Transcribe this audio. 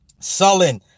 Sullen